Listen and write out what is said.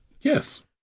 Yes